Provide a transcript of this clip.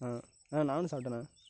ஆ ஆ நானும் சாப்பிட்டண்ணே